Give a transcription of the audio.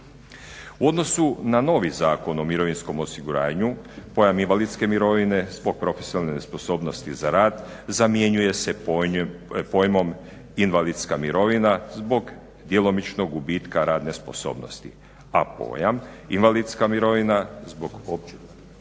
U odnosu na novi Zakon o mirovinskom osiguranju pojam invalidske mirovine zbog profesionalne nesposobnosti za rad zamjenjuje se pojmom invalidska mirovina zbog djelomičnog gubitka radne sposobnosti. A pojam invalidska mirovina zbog opće